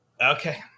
Okay